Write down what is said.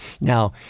Now